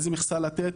איזה מכסה לתת,